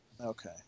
Okay